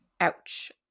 Ouch